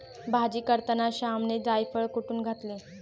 भाजी करताना श्यामने जायफळ कुटुन घातले